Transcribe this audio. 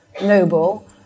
noble